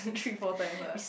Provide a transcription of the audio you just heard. three four times ah